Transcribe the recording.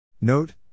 Note